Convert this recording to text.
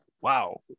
wow